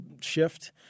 shift –